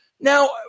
Now